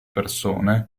persone